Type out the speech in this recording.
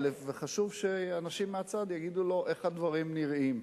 וחשוב שאנשים מהצד יגידו לו איך הדברים נראים.